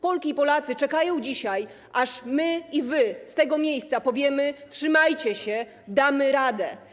Polki i Polacy czekają dzisiaj, aż my i wy z tego miejsca powiemy: trzymajcie się, damy radę.